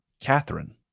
Catherine